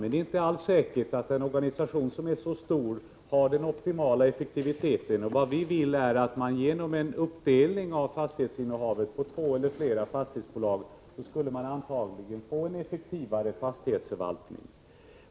Men det är inte alls säkert att en organisation som är så stor som byggnadsstyrelsen har den optimala effektiviteten. Vad vi vill få till stånd är en fördelning av fastighetsinnehavet på två eller flera fastighetsbolag, varigenom man antagligen skulle få en effektivare fastighetsförvaltning.